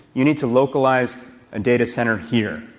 you need to localize a data center here.